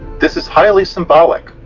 this is highly symbolic,